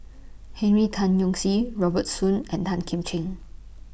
Henry Tan Yoke See Robert Soon and Tan Kim Ching